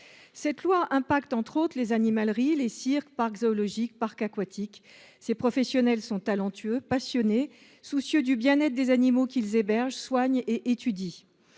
Cette loi affecte, entre autres, les animaleries, les cirques, les parcs zoologiques, les parcs aquatiques. Les professionnels concernés sont talentueux, passionnés, soucieux du bien être des animaux qu’ils hébergent, soignent et étudient.